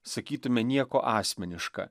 sakytume nieko asmeniška